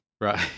Right